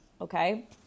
Okay